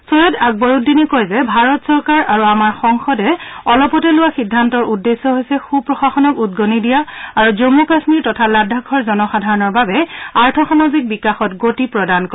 চৈয়দ আকৰউদ্দিনে কয় যে ভাৰত চৰকাৰ আৰু আমাৰ সংসদে অলপতে লোৱা সিদ্ধান্তৰ উদ্দেশ্য হৈছে সূপ্ৰশাসনক উদগনি দিয়া আৰু জম্মু কাশ্মীৰ তথা লাডাখৰ জনসাধাৰণৰ বাবে আৰ্থসামাজিক বিকাশত গতি প্ৰদান কৰা